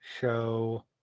show